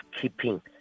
keeping